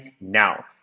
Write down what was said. now